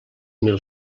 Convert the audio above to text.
mil